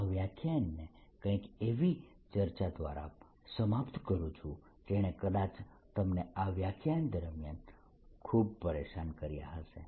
Q24π0R હું આ વ્યાખ્યાનને કંઈક એવી ચર્ચા દ્વારા સમાપ્ત કરું છું જેણે કદાચ તમને આ વ્યાખ્યાન દરમ્યાન ખૂબ પરેશાન કર્યા હશે